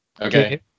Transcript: Okay